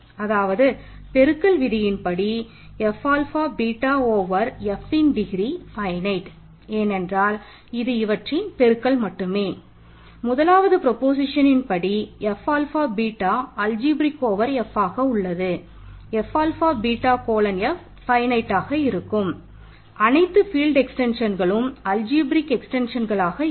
அதாவது பெருக்கல் விதியின்படி F ஆல்ஃபா இருக்கும்